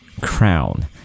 crown